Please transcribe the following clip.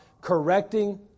correcting